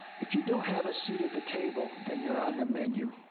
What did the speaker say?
if you don't have a seat at the table, then you're on the menu.